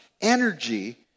energy